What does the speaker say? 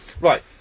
Right